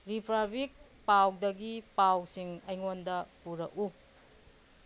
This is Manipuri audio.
ꯔꯤꯄ꯭꯭ꯔꯥꯕꯤꯛ ꯄꯥꯎꯗꯒꯤ ꯄꯥꯎꯁꯤꯡ ꯑꯩꯉꯣꯟꯗ ꯄꯨꯔꯛꯎ